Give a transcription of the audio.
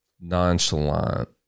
nonchalant